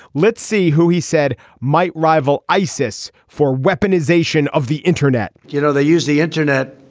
let's see who he said might rival isis for weaponization of the internet you know they use the internet